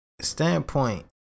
standpoint